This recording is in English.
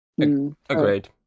Agreed